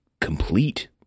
complete